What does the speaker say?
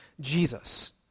Jesus